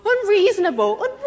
unreasonable